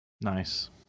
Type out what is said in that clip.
Nice